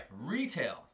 retail